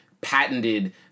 patented